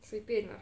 随便 lah